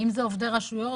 אם זה עובדי רשויות,